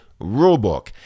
Rulebook